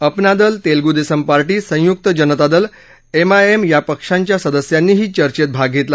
अपना Dal Telugu Desam party Samyukt Janata Dal MIM या पक्षांच्या सदस्यांनीही चर्चेत भाग घेतला